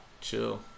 chill